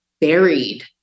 buried